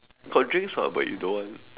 got drinks [what] but you don't want